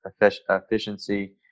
efficiency